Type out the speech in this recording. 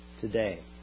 today